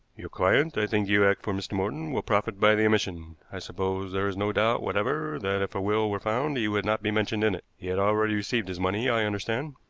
your client i think you act for mr. morton will profit by the omission. i suppose there is no doubt whatever that, if a will were found, he would not be mentioned in it. he had already received his money, i understand.